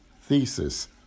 thesis